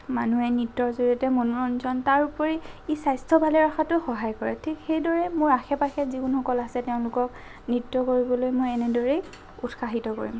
মানুহে নৃত্যৰ জৰিয়তে মনোৰঞ্জন তাৰ উপৰি ই স্বাস্থ্য ভালে ৰখাতো সহায় কৰে ঠিক সেইদৰে মোৰ আশে পাশে যিকোনোসকল আছে তেওঁলোকক নৃত্য কৰিবলৈ মই এনেদৰেই উৎসাহিত কৰিম